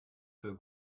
für